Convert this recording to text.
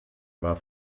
war